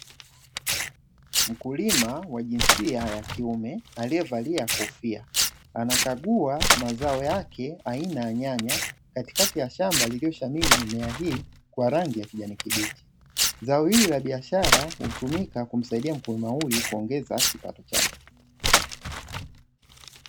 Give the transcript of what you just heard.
Mkulima wa jinsia ya kiume aliyevalia kofia anakagua mazao yake aina ya nyanya, katikati ya shamba lilioshamiri nimeahidi kwa rangi ya kijani kibichi, zao hili la biashara hutumika kumsaidia mkulim huyu kuongeza kipato chake.